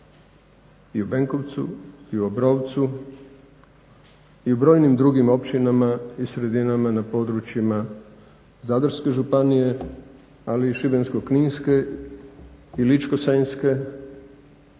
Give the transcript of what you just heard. i u Benkovcu i u Obrovcu i u brojnim drugim općinama i sredinama na područjima Zadarske županije, ali i Šibensko-kninske i Ličko-senjske